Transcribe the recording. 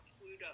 pluto